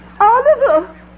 Oliver